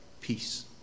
peace